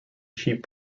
sheep